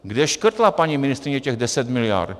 Kde škrtla paní ministryně těch 10 mld.?